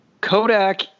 Kodak